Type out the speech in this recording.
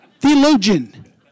theologian